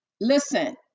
listen